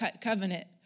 covenant